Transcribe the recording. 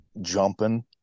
jumping